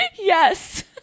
Yes